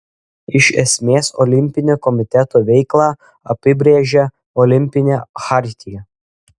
iš esmės olimpinio komiteto veiklą apibrėžia olimpinė chartija